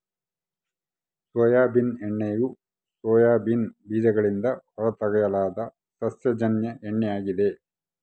soybean ಎಣ್ಣೆಯು soybean ಬೀಜಗಳಿಂದ ಹೊರತೆಗೆಯಲಾದ ಸಸ್ಯಜನ್ಯ ಎಣ್ಣೆ ಆಗಿದೆ